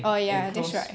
oh ya that's right